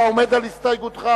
אתה עומד על הסתייגותך?